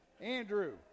Andrew